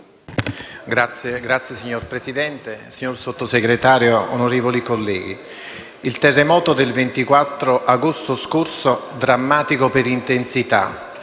Signor Presidente, signor Sottosegretario, onorevoli colleghi, il terremoto del 24 agosto scorso, drammatico per intensità,